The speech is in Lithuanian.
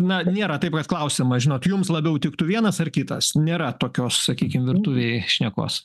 na nėra taip kad klausiama žinot jums labiau tiktų vienas ar kitas nėra tokios sakykim virtuvėj šnekos